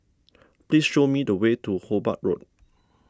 please show me the way to Hobart Road